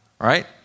right